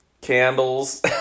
candles